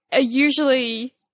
usually